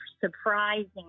surprising